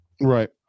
Right